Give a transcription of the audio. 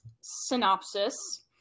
synopsis